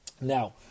Now